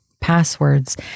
passwords